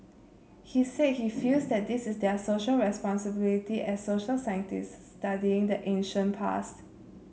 he said he feels that this is their Social Responsibility as social scientists studying the ancient past